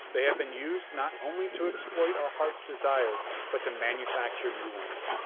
they have been used not only to exploit our hearts' desires but to manufacture new ones.